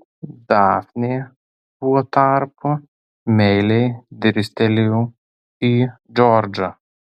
dafnė tuo tarpu meiliai dirstelėjo į džordžą